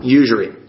usury